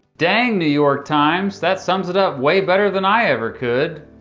dang, new york times. that sums it up way better than i ever could.